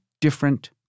different